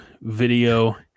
video